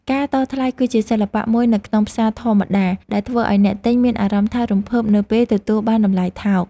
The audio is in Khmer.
ការតថ្លៃគឺជាសិល្បៈមួយនៅក្នុងផ្សារធម្មតាដែលធ្វើឱ្យអ្នកទិញមានអារម្មណ៍ថារំភើបនៅពេលទទួលបានតម្លៃថោក។